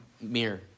mirror